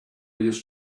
used